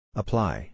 apply